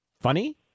funny